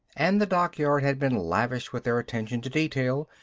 and the dockyard had been lavish with their attention to detail.